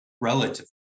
relatively